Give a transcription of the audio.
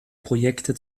projekte